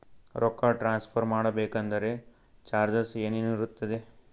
ರೊಕ್ಕ ಟ್ರಾನ್ಸ್ಫರ್ ಮಾಡಬೇಕೆಂದರೆ ಚಾರ್ಜಸ್ ಏನೇನಿರುತ್ತದೆ?